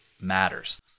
matters